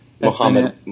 Muhammad